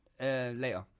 later